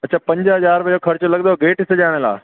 अच्छा पंज हज़ार रुपयो जो ख़र्चु लॻंदो गेट सजाइण लाइ